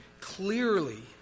clearly